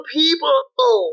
people